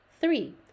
Three